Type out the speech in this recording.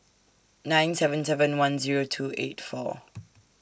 nine seven seven one Zero two eight four